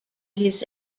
his